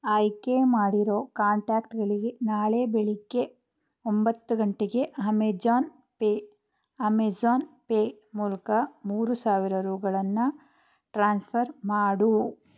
ಆಯ್ಕೆ ಮಾಡಿರೋ ಕಾಂಟ್ಯಾಕ್ಟ್ಗಳಿಗೆ ನಾಳೆ ಬೆಳಿಗ್ಗೆ ಒಂಬತ್ತು ಗಂಟೆಗೆ ಅಮೇಜಾನ್ ಪೇ ಅಮೆಝಾನ್ ಪೇ ಮೂಲಕ ಮೂರು ಸಾವಿರ ರೂಗಳನ್ನು ಟ್ರಾನ್ಸ್ಫರ್ ಮಾಡು